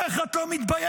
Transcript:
איך את לא מתביישת?